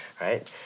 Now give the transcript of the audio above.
right